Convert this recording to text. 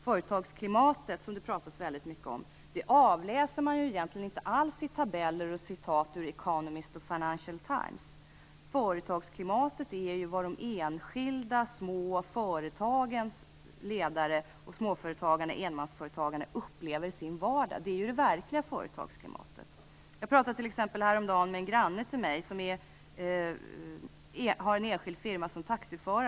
Företagsklimatet, som det talas så väldigt mycket om, avläser man egentligen inte alls i tabeller och citat ur The Economist och Financial Times. Företagsklimatet är ju vad de enskilda små företagens ledare, småföretagarna och enmansföretagarna upplever i sin vardag. Detta är ju det verkliga företagsklimatet. Häromdagen talade jag t.ex. med en granne till mig som är taxiförare och har en enskild firma.